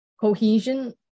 cohesion